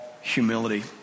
humility